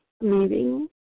meeting